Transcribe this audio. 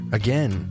again